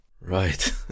Right